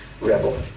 rebel